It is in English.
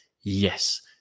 yes